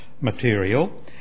material